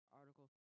article